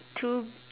to